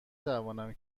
توانم